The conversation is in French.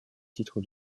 titre